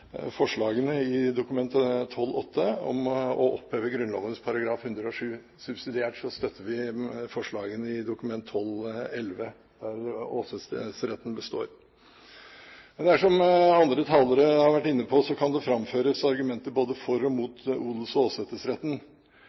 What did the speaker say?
forslagene i Dokument nr. 12:8 for 2007–2008 om å oppheve Grunnloven § 107. Subsidiært støtter vi forslagene i Dokument nr. 12:11 for 2007–2008 der åsetesretten består. Som andre talere har vært inne på, kan det framføres argumenter både for og mot odels- og åsetesretten.